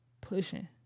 pushing